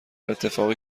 اتفاقی